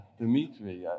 Dimitri